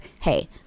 hey